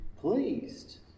pleased